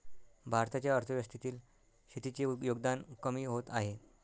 भारताच्या अर्थव्यवस्थेतील शेतीचे योगदान कमी होत आहे